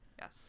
Yes